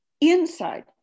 inside